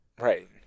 Right